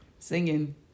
Singing